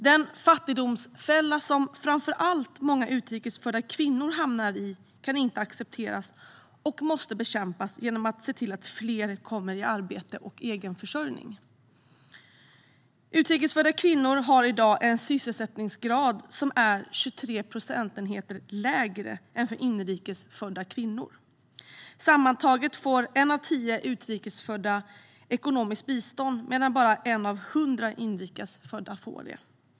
Den fattigdomsfälla som framför allt många utrikes födda kvinnor hamnar i kan inte accepteras och måste bekämpas genom att vi ser till att fler kommer i arbete och egen försörjning. Utrikes födda kvinnor har i dag en sysselsättningsgrad som är 23 procentenheter lägre än för inrikes födda kvinnor. Sammantaget får en av tio utrikes födda ekonomiskt bistånd medan bara en av hundra inrikes födda får det.